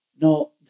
No